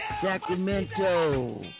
Sacramento